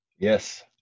Yes